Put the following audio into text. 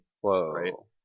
Whoa